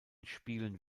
spielen